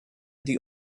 die